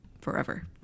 forever